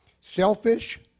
selfish